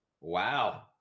Wow